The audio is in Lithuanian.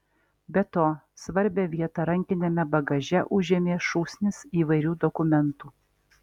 be to svarbią vietą rankiniame bagaže užėmė šūsnis įvairių dokumentų